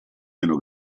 meno